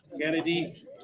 Kennedy